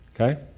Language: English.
Okay